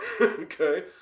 Okay